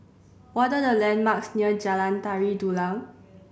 what are the landmarks near Jalan Tari Dulang